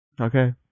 okay